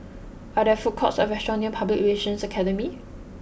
are there food courts or restaurants near Public Relations Academy